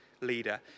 leader